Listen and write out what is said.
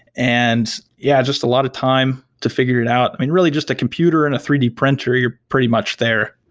and yeah, just a lot of time to figure it out. i mean, really just a computer and a three d printer, you're very much there.